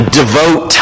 devote